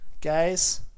guys